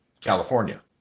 california